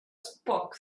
spoke